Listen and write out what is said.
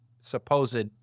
supposed